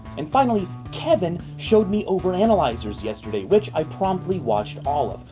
and finally, kevin showed me overanalyzers yesterday, which i promptly watched all of.